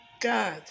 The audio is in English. God